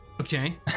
okay